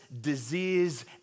disease